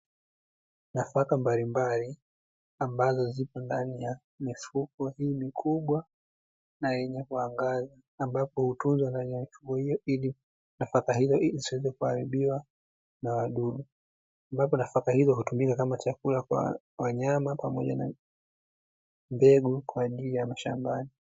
Nafaka mbalimbali ambazo zipo ndani ya mifuko mikubwa na yenye kuangaza, ambapo hutunzwa ndani ya mifuko hiyo ili isiweze kuharibiwa na wadudu, ambapo nafaka hizo hutumika kama chakula kwa wanyama, pamoja na mbegu kwa ajili ya mashambani.